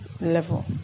level